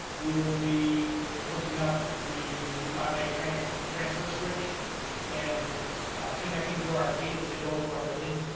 we will be hooking up the automatic transfer transfer switch and connecting to our cables that go to our building.